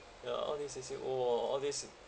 ya all these you see !whoa! all these